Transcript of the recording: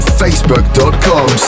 facebook.com